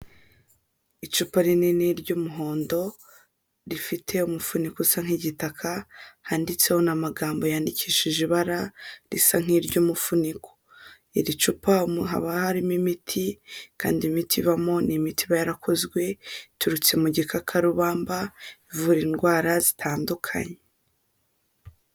Icupa rinini ry'umuhondo rifite umufuniko usa nk'igitaka handitseho n'amagambo yandikishije ibara risa nk'iry'umufuniko. Iri cupa haba harimo imiti kandi imiti ibamo n'imiti iba yarakozwe iturutse mu gikakarubamba ivura indwara zitandukanye.